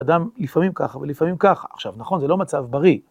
אדם לפעמים ככה ולפעמים ככה, עכשיו נכון, זה לא מצב בריא.